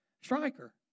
Striker